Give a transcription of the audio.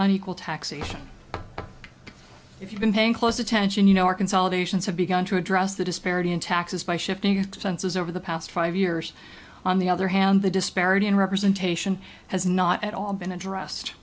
unequal taxation if you've been paying close attention you know our consolidations have begun to address the disparity in taxes by shifting expenses over the past five years on the other hand the disparity in representation has not at all been addressed